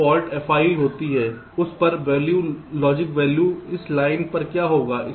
तो fault Fi होती है उस पर वैल्यू लॉजिक वैल्यू इस लाइन पर क्या होगा